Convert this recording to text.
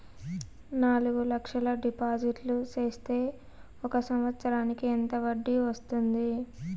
నాలుగు లక్షల డిపాజిట్లు సేస్తే ఒక సంవత్సరానికి ఎంత వడ్డీ వస్తుంది?